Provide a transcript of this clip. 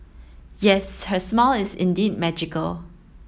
yes her smile is indeed magical